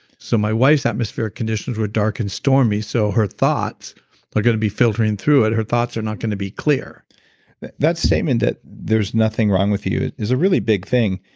so my wife's atmospheric conditions were dark and stormy so her thoughts are going to be filtering through it. her thoughts are not going to be clear that statement that there's nothing wrong with you is a really big thing.